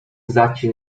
zaci